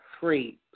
free